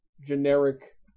generic